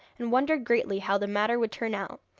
and wondered greatly how the matter would turn out.